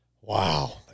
Wow